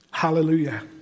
Hallelujah